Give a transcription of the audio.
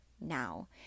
now